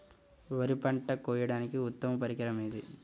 వరి పంట కోయడానికి ఉత్తమ పరికరం ఏది?